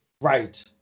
Right